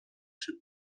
czy